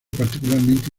particularmente